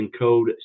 encode